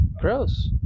Gross